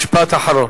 משפט אחרון.